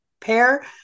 pair